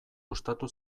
gustatu